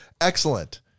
Excellent